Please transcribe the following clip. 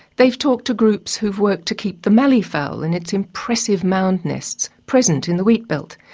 they've talked to groups who've worked to keep the mallee fowl and its impressive mound nests present in the wheatbelt.